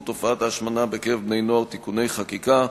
תופעת ההשמנה בקרב בני-נוער (תיקוני חקיקה),